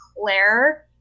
Claire